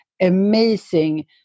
Amazing